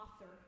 author